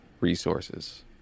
resources